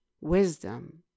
wisdom